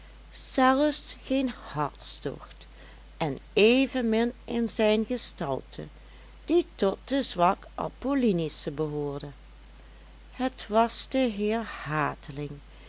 zelfs geen hartstocht en evenmin in zijn gestalte die tot de zwak apollinische behoorde het was de heer hateling